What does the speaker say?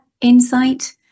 insight